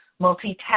multitasking